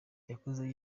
yakuze